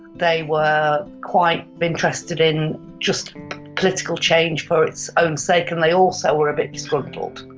they were quite interested in just political change for its own sake and they also were a bit disgruntled.